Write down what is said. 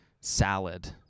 Salad